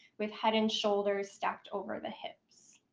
with head and shoulders stacked over the hips.